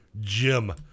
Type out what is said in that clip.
Jim